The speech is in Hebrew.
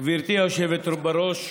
גברתי היושבת בראש,